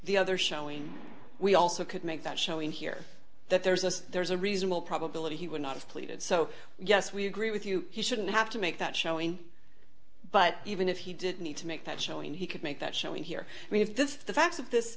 the other showing we also could make that showing here that there's a there's a reasonable probability he would not have pleaded so yes we agree with you he shouldn't have to make that showing but even if he did need to make that showing he could make that showing here i mean if the facts of this